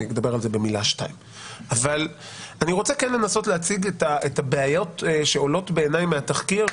אני רוצה לנסות להציג את הבעיות שעולות בעיניי מהתחקיר,